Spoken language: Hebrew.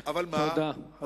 תודה.